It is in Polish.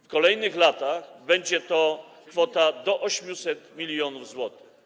W kolejnych latach będzie to kwota do 800 mln zł.